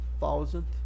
thousand